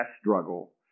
struggle